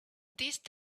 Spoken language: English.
these